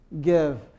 give